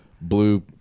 blue